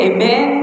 Amen